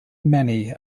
many